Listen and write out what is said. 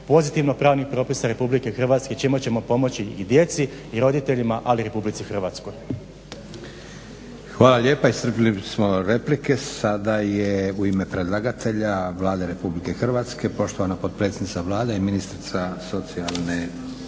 pozitivno pravnih propisa RH čime ćemo pomoći i djeci, i roditeljima ali i RH. **Leko, Josip (SDP)** Hvala lijepa. Iscrpili smo replike, sad je u ime predlagatelja VladE Republike Hrvatske, poštovana potpredsjednica Vlade i ministrica socijalne